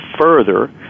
further